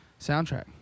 soundtrack